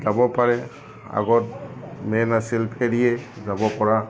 যাব পাৰে আগত মেইন আছিল ফেৰীয়ে যাবপৰা